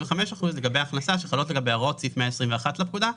ו-25 אחוזים לגבי הכנסה שחלות לגביה הוראות סעיף 121 לפקודה,